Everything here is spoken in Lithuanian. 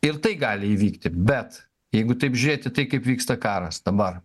ir tai gali įvykti bet jeigu taip žiūrėti tai kaip vyksta karas dabar